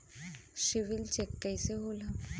CIBIL check कइसे होला?